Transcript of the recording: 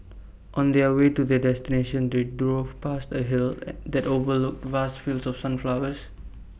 on their way to their destination they drove past A hill that overlooked vast fields of sunflowers